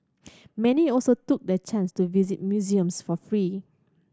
many also took the chance to visit museums for free